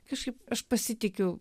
kažkaip aš pasitikiu